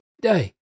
day